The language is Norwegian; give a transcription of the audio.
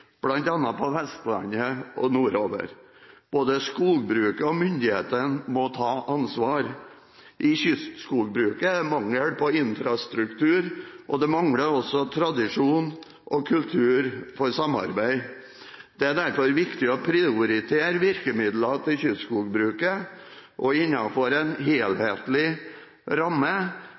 bl.a. på Vestlandet og nordover. Både skogbruket og myndighetene må ta ansvar. I kystskogbruket er det mangel på infrastruktur. Det mangler også tradisjon og kultur for samarbeid. Det er derfor viktig å prioritere virkemidler til kystskogbruket innenfor en helhetlig ramme